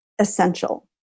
essential